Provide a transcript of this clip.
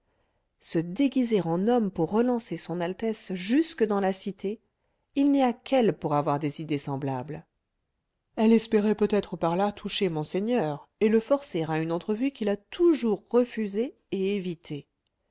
se déguiser en homme pour relancer son altesse jusque dans la cité il n'y a qu'elle pour avoir des idées semblables elle espérait peut-être par là toucher monseigneur et le forcer à une entrevue qu'il a toujours refusée et évitée